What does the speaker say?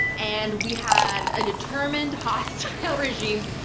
and we had a determined hostile regime,